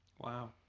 Wow